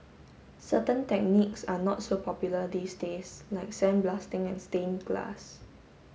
certain techniques are not so popular these days like sandblasting and stained glass